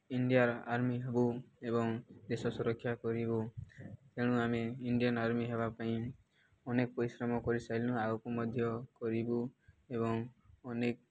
ଇଣ୍ଡିଆର ଆର୍ମି ହେବୁ ଏବଂ ଦେଶ ସୁରକ୍ଷା କରିବୁ ତେଣୁ ଆମେ ଇଣ୍ଡିଆନ୍ ଆର୍ମି ହେବା ପାଇଁ ଅନେକ ପରିଶ୍ରମ କରିସାରିଲୁ ଆଗକୁ ମଧ୍ୟ କରିବୁ ଏବଂ ଅନେକ